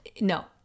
no